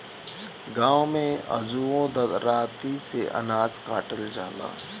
गाँव में अजुओ दराँती से अनाज काटल जाला